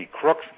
crooks